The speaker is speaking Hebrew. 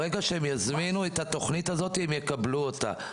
ברגע שהם יזמינו את התוכנית הזו, הם יקבלו אותה.